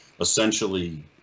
essentially